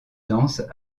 danse